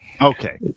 Okay